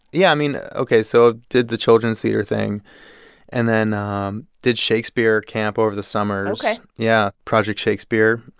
yeah, i mean ok. so did the children's theater thing and then um did shakespeare camp over the summers ok yeah, project shakespeare,